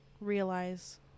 realize